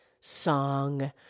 song